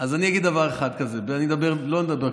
אז אני אגיד דבר אחד כזה, לא נדבר ככה.